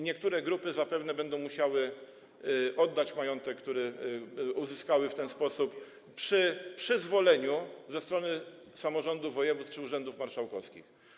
Niektóre grupy zapewne będą musiały oddać majątek, który uzyskały w ten sposób, przy przyzwoleniu ze strony samorządów, województw czy urzędów marszałkowskich.